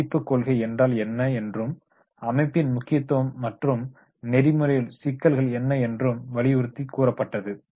மதிப்பு கொள்கை என்றால் என்ன என்றும் அமைப்பின் முக்கியத்துவம் மற்றும் நெறிமுறை சிக்கல்கள் என்ன என்று வலியுறுத்தி கூறப்பட்டது